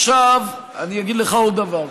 עכשיו אני אגיד לך עוד דבר,